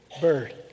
bird